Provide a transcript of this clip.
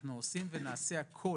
אנחנו עושים ונעשה הכול,